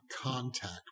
contact